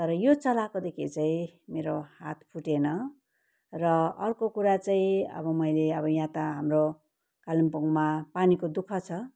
तर यो चलाएकोदेखि चाहिँ मेरो हात फुटेन र अर्को कुरा चाहिँ अब मैले यहाँ त हाम्रो कालिम्पोङमा पानीको दुःख छ